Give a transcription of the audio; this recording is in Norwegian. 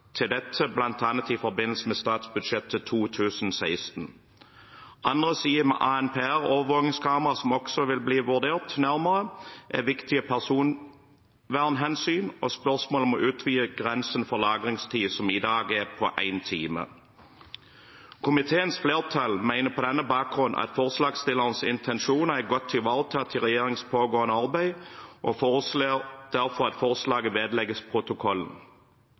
dette, bl.a. i forbindelse med statsbudsjettet for 2016. Andre sider ved ANPR-overvåkingskamera som også vil bli vurdert nærmere, er viktige personvernhensyn og spørsmålet om å utvide grensen for lagringstid, som i dag er på én time. Komiteens flertall mener på denne bakgrunn at forslagsstillernes intensjoner er godt ivaretatt i regjeringens pågående arbeid og foreslår derfor at forslaget vedlegges protokollen.